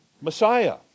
Messiah